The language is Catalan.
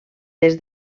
des